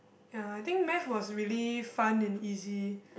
ya I think Math was really fun and easy